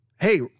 Hey